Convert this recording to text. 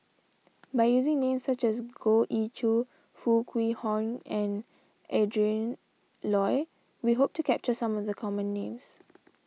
by using names such as Goh Ee Choo Foo Kwee Horng and Adrin Loi we hope to capture some of the common names